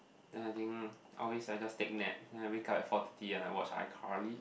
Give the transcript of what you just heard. then I think always I just take nap then I wake up at four thirty and I watch iCarly